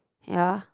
ya